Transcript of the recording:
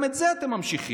גם את זה אתם ממשיכים,